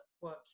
work